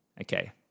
Okay